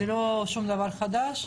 אין כאן שום דבר חדש,